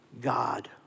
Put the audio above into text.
God